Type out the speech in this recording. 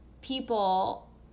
people